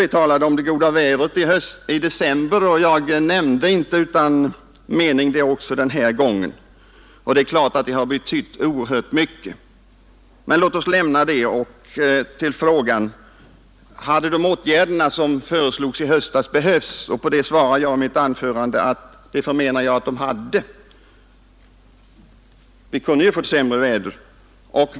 Vi talade om det goda vädret i december, och det var inte utan mening som jag nämnde det också i dag. Givetvis har det betytt oerhört mycket, men låt oss lämna det och gå till frågan: Hade de åtgärder som föreslogs i höstas behövts? På den frågan svarade jag i mitt anförande att jag anser att så var fallet.